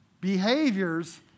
behaviors